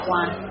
one